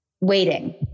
waiting